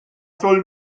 soll